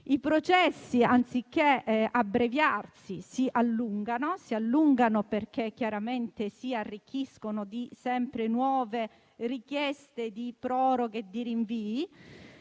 i processi, anziché abbreviarsi, si allungano perché si arricchiscono sempre di nuove richieste di proroghe e rinvii,